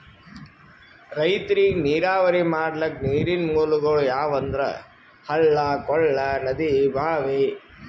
ರೈತರಿಗ್ ನೀರಾವರಿ ಮಾಡ್ಲಕ್ಕ ನೀರಿನ್ ಮೂಲಗೊಳ್ ಯಾವಂದ್ರ ಹಳ್ಳ ಕೊಳ್ಳ ನದಿ ಭಾಂವಿ